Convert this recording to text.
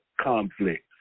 conflicts